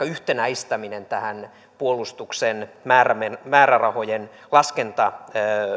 yhtenäistäminen puolustuksen määrärahojen laskentakaavaan